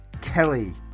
kelly